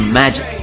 magic